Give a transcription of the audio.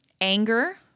anger